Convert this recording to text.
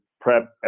prep